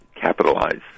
capitalize